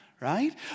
right